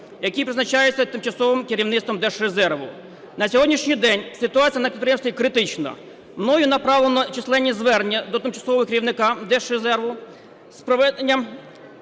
які призначаються тимчасовим керівництвом Держрезерву. На сьогоднішній день ситуація на підприємстві критична. Мною направлено численні звернення до тимчасового керівника Держрезерву та проведено